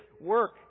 work